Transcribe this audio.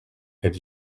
had